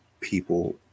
people